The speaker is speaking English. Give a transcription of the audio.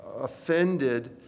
offended